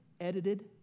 edited